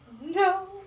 No